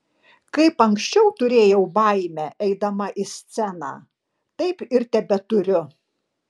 kaip anksčiau turėjau baimę eidama į sceną taip ir tebeturiu